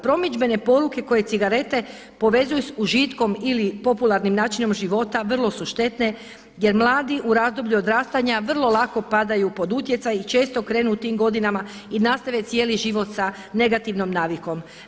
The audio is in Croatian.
Promidžbene poruke koje cigarete povezuju sa užitkom ili popularnim načinom života vrlo su štetne, jer mladi u razdoblju odrastanja vrlo lako padaju pod utjecaj i često krenu u tim godinama i nastave cijeli život sa negativnom navikom.